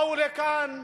באו לכאן,